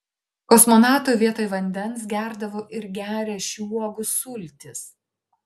kosmonautai vietoj vandens gerdavo ir geria šių uogų sultis